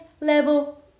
level